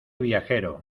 viajero